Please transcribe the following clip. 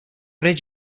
did